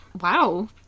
wow